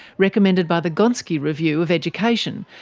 recommended by the gonski review of education,